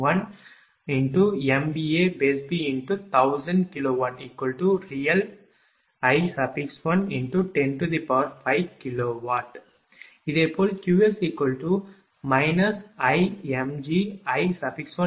இதேபோல் Qs ImgI1105kW இல்லையா